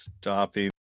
stopping